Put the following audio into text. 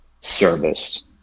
service